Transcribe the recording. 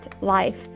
life